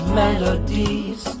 melodies